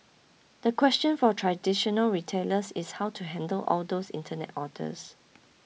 the question for traditional retailers is how to handle all those internet orders